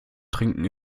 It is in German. trinken